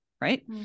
right